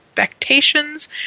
expectations